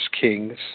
Kings